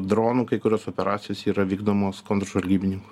dronų kai kurios operacijos yra vykdomos kontržvalgybininkų